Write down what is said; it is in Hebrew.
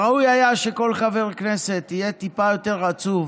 ראוי היה שכל חבר כנסת יהיה טיפה יותר עצוב